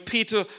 Peter